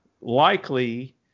likely